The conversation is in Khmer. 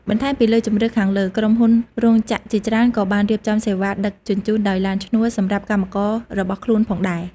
បន្ថែមពីលើជម្រើសខាងលើ ក្រុមហ៊ុនរោងចក្រជាច្រើនក៏បានរៀបចំសេវាដឹកជញ្ជូនដោយឡានឈ្នួលសម្រាប់កម្មកររបស់ខ្លួនផងដែរ។